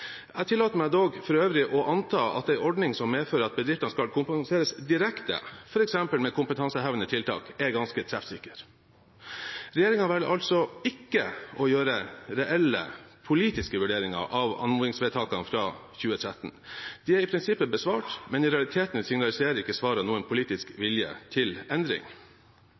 Jeg tillater meg for øvrig å anta at en ordning som medfører at bedriftene skal kompenseres direkte, f.eks. med kompetansehevende tiltak, er ganske treffsikker. Regjeringen velger altså ikke å gjøre reelle politiske vurderinger av anmodningsvedtakene fra 2014. De er i prinsippet besvart, men i realiteten signaliserer ikke svarene noen politisk vilje til endring.